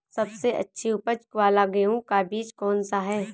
सबसे अच्छी उपज वाला गेहूँ का बीज कौन सा है?